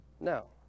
No